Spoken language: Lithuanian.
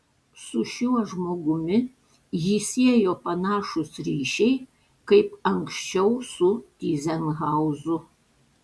su šiuo žmogumi jį siejo panašūs ryšiai kaip anksčiau su tyzenhauzu